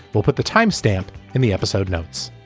we'll put the timestamp in the episode notes.